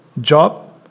job